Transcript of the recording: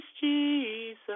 Jesus